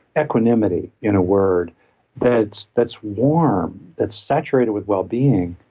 equanimity in a word that's that's warm, that's saturated with wellbeing,